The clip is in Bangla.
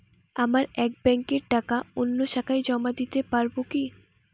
আমার এক ব্যাঙ্কের টাকা অন্য শাখায় জমা দিতে পারব কি?